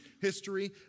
history